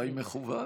אולי מכוון?